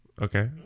Okay